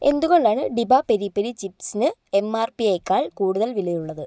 എന്തുകൊണ്ടാണ് ഡിബ peri peri ചിപ്സ്ന് എം ആർ പി യെക്കാൾ കൂടുതൽ വിലയുള്ളത്